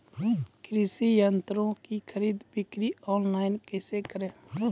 कृषि संयंत्रों की खरीद बिक्री ऑनलाइन कैसे करे?